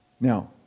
Now